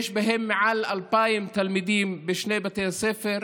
יש בהם מעל 2,000 תלמידים בשני בתי הספר.